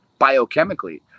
biochemically